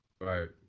Right